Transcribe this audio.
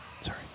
Sorry